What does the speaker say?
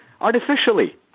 artificially